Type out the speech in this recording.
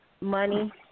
Money